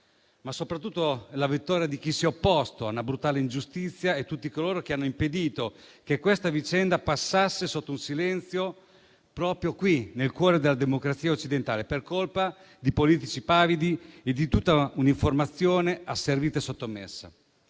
è. Soprattutto è la vittoria di chi si è opposto a una brutale ingiustizia e di tutti coloro che hanno impedito che questa vicenda passasse sotto silenzio, proprio qui nel cuore della democrazia occidentale, per colpa di politici pavidi e di tutta un'informazione asservita e sottomessa.